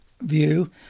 view